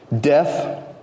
death